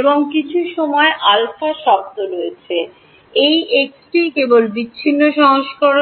এবং কিছু সময় আলফা শব্দ রয়েছে এই x টি কেবল বিচ্ছিন্ন সংস্করণ